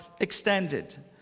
Extended